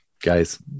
guys